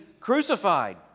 crucified